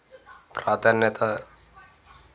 ప్రాధాన్యత